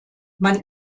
man